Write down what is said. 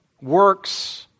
works